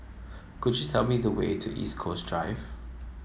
could you tell me the way to East Coast Drive